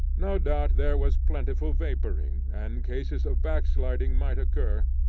no doubt there was plentiful vaporing, and cases of backsliding might occur.